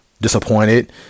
disappointed